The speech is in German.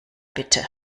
bitte